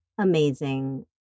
amazing